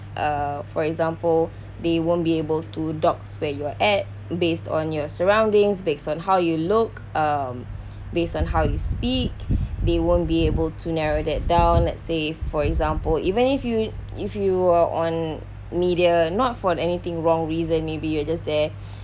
uh for example they won't be able to dox where you're at based on your surroundings based on how you look um based on how you speak they won't be able to narrow that down let's say for example even if you'd if you are on media not for anything wrong reason maybe you are just there